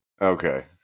Okay